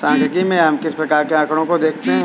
सांख्यिकी में हम किस प्रकार के आकड़ों को देखते हैं?